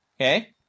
Okay